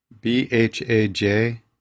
B-H-A-J